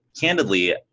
candidly